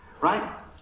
Right